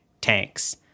tanks